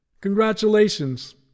Congratulations